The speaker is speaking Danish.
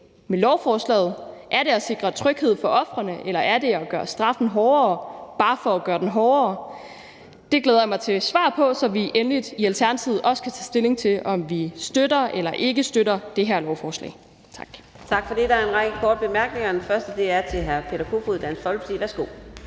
med lovforslaget. Er det at sikre tryghed for ofrene, eller er det at gøre straffen hårdere bare for at gøre den hårdere? Det glæder jeg mig til svar på, så vi endelig i Alternativet også kan tage stilling til, om vi støtter eller ikke støtter det her lovforslag. Tak. Kl. 13:05 Fjerde næstformand (Karina Adsbøl): Tak for det. Der er en række korte bemærkninger, og den første er til hr. Peter Kofod, Dansk Folkeparti.